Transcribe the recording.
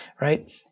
right